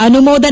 ಅನುಮೋದನೆ